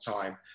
time